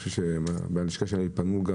זה לא